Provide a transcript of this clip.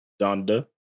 donda